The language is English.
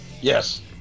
Yes